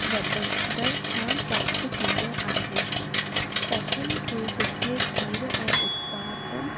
वधंदड़ खां प्राप्त थींदो आहे पशुअनि खे सुठे खीर ऐं उत्पादन